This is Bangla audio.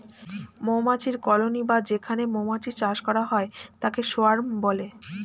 মৌমাছির কলোনি বা যেখানে মৌমাছির চাষ করা হয় তাকে সোয়ার্ম বলে